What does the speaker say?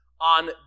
on